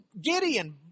Gideon